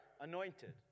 anointed